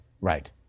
Right